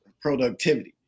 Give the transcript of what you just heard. productivity